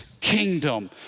kingdom